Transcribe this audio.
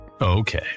Okay